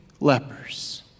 lepers